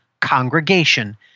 Congregation